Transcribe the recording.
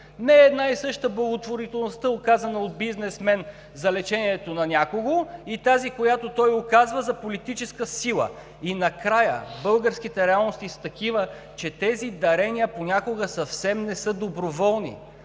Не е една и съща благотворителността, оказана от бизнесмен за лечението на някого, и тази, която той оказва за политическа сила. И накрая. Българските реалности са такива, че тези дарения понякога съвсем не са доброволни.